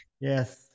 Yes